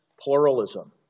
pluralism